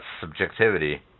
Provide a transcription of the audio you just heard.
subjectivity